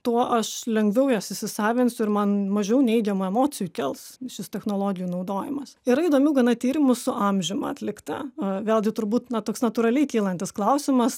tuo aš lengviau jas įsisavinsiu ir man mažiau neigiamų emocijų kels šis technologijų naudojimas yra įdomių gana tyrimų su amžium atlikta vėlgi turbūt na toks natūraliai kylantis klausimas